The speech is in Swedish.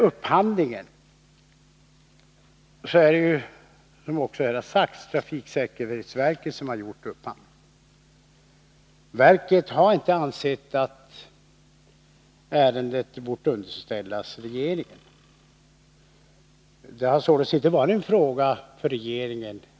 Som nämnts är det trafiksäkerhetsverket som har gjort upphandlingen. Verket har inte ansett att ärendet bort underställas regeringen. Upphandlingen har således inte varit en fråga för regeringen.